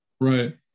Right